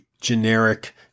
generic